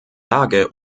lage